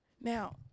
Now